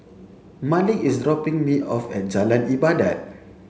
Malik is dropping me off at Jalan Ibadat